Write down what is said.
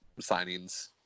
signings